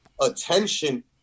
attention